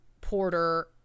Porter